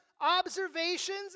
observations